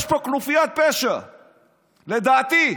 יש פה כנופיית פשע, לדעתי.